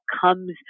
comes